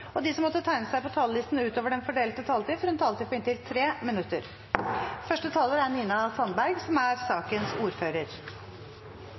og de som måtte tegne seg på talerlisten utover den fordelte taletiden, får også en taletid på inntil 3 minutter. Dette er altså en melding om tidligere revisjoner, og det er